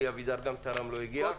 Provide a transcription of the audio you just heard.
אלי אבידר גם תרם, לא הגיע.